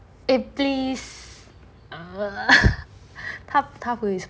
please 他他不会